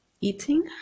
Eating